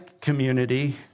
community